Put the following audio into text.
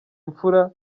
mfura